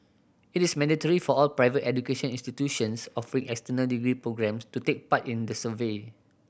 it is mandatory for all private education institutions offering external degree programmes to take part in the survey